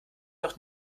noch